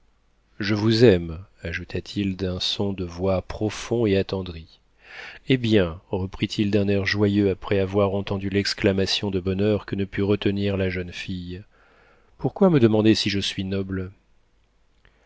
je vous aime ajouta-t-il d'un son de voix profond et attendri eh bien reprit-il d'un air joyeux après avoir entendu l'exclamation de bonheur que ne put retenir la jeune fille pourquoi me demander si je suis noble